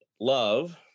love